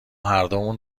هردومون